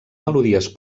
melodies